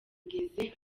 ngeze